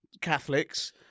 Catholics